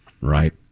Right